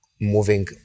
moving